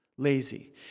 lazy